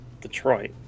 Detroit